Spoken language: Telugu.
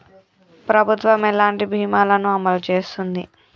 ప్రభుత్వం ఎలాంటి బీమా ల ను అమలు చేస్తుంది?